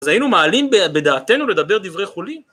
אז היינו מעלים בדעתנו לדבר דברי חולין?